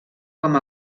com